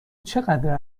چقدر